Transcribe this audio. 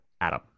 adam